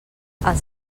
els